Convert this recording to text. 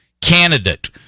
candidate